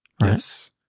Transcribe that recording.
Yes